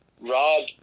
Rob